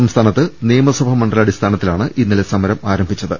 സംസ്ഥാനത്ത് നിയമസഭാ മണ്ഡല അടിസ്ഥാനത്തി ലാണ് ഇന്നലെ സമരം ആരംഭിച്ചത്